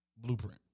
Blueprint